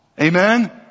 Amen